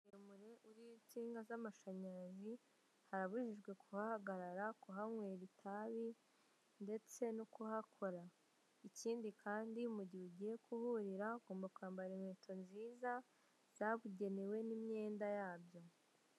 Muremure uriho inshinga z'amashanyarazi harabujijwe kuhahagarara, kuhanywera itabi ndetse no kuhakora, ikindi kandi mu gihe ugiye kuhurira ugomba kwambara inkweto nziza zabugenewe n'imyenda yabyo.